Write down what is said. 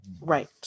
right